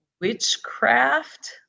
witchcraft